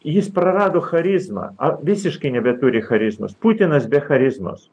jis prarado charizmą ar visiškai nebeturi charizmos putinas be charizmos